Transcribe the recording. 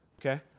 okay